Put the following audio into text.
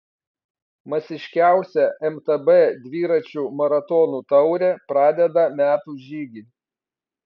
masiškiausia mtb dviračių maratonų taurė pradeda metų žygį